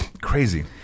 crazy